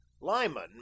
Lyman